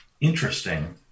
Interesting